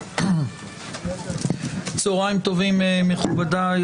צוהריים טובים, מכובדיי.